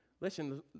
Listen